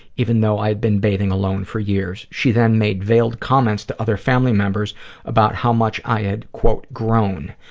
even though i'd been bathing alone for years. she then made veiled comments to other family members about how much i had, quote, grown.